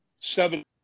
Seven